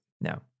No